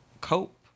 cope